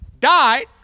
died